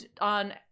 on